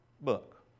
book